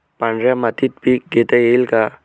पांढऱ्या मातीत पीक घेता येईल का?